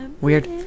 Weird